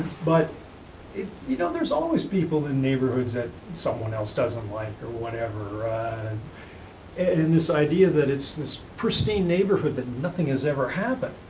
but you know there's always people in neighborhoods that someone else doesn't like or whatever. and and this idea that it's this pristine neighborhood that nothing has ever happened,